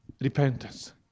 Repentance